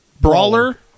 Brawler